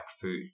food